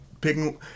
Picking